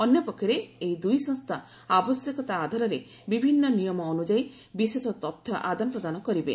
ଅନ୍ୟପକ୍ଷରେ ଏହି ଦୁଇ ସଂସ୍ଥା ଆବଶ୍ୟକତା ଆଧାରରେ ବିଭିନ୍ନ ନିୟମ ଅନୁଯାୟୀ ବିଶେଷ ତଥ୍ୟ ଆଦାନ ପ୍ରଦାନ କରିବେ